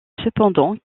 cependant